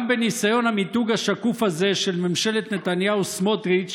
גם בניסיון המיתוג השקוף הזה של ממשלת נתניהו-סמוטריץ',